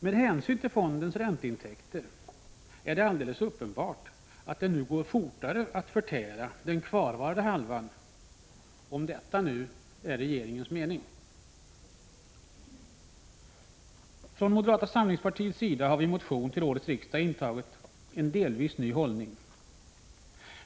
Med hänsyn till fondens ränteintäkter är det alldeles uppenbart att det går fortare att förtära den kvarvarande halvan, om nu detta är regeringens mening. Från moderata samlingspartiets sida har vi i en motion till detta riksmöte intagit en delvis ny hållning.